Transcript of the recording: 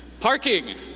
parking,